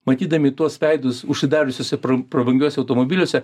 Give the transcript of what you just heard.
matydami tuos veidus užsidariusiuose pra prabangiuose automobiliuose